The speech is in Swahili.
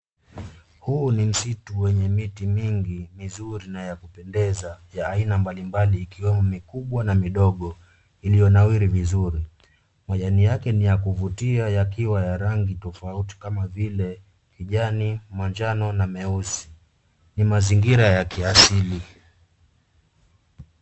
Huu ni msitu wenye miti mingi mizuri na ya kupendeza ya aina mbalimbali ikiwemo mikubwa na midogo iliyonawiri vizuri. Majani yake ni ya kuvutia yakiwa ya rangi tofauti kama vile kijani, manjano na meusi. Ni mazingira ya kiasili.